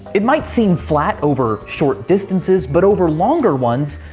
it might seem flat over short distances, but over longer ones,